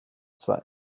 zwar